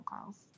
calls